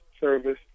service